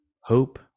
Hope